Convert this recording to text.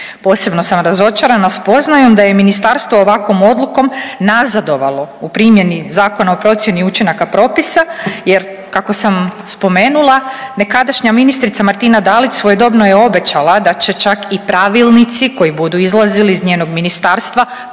Posebno sam razočarana spoznajom da je i ministarstvo ovakvom odlukom nazadovalo u primjeni Zakona o procjeni učinaka propisa jer kako sam spomenula, nekadašnja ministrica Martina Dalić svojedobno je obećala da će čak i pravilnici koji budu izlazili iz njenog ministarstva